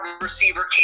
receiver